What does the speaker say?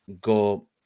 go